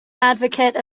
advocate